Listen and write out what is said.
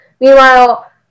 Meanwhile